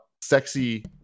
sexy